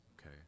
okay